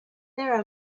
there